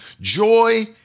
Joy